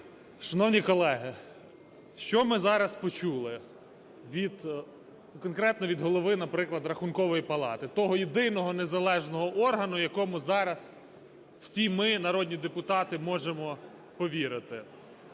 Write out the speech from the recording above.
Шановні колеги, що ми зараз почули конкретно від Голови, наприклад, Рахункової палати, того єдиного незалежного органу, якому зараз всі ми народні депутати можемо повірити?